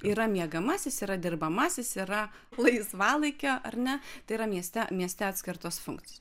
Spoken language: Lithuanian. yra miegamasis yra dirbamasis yra laisvalaikio ar ne tai yra mieste mieste atskirtos funkcijos